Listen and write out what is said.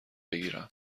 بگیرم